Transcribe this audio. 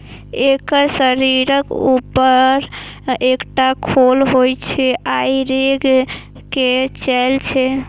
एकर शरीरक ऊपर एकटा खोल होइ छै आ ई रेंग के चलै छै